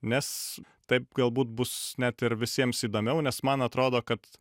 nes taip galbūt bus net ir visiems įdomiau nes man atrodo kad